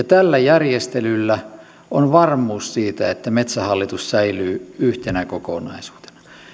tällä järjestelyllä on varmuus siitä että metsähallitus säilyy yhtenä kokonaisuutena